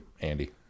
Andy